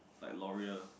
like Loreal